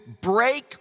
break